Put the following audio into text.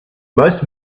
most